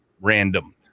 random